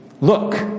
Look